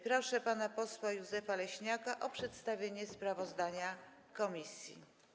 Proszę pana posła Józefa Leśniaka o przedstawienie sprawozdania komisji.